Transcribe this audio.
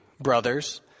brothers